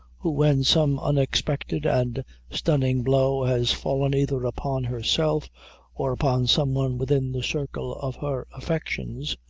who when some unexpected and stunning blow has fallen either upon herself or upon some one within the circle of her affections,